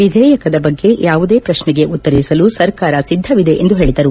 ವಿಧೇಯಕದ ಬಗ್ಗೆ ಯಾವುದೇ ಪ್ರಕ್ನೆಗೆ ಉತ್ತರಿಸಲು ಸರ್ಕಾರ ಸಿದ್ದವಿದೆ ಎಂದು ಹೇಳದರು